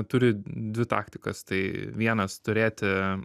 turi dvi taktikas tai vienas turėti